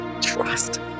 trust